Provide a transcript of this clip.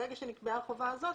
ברגע שנקבעה החובה הזאת,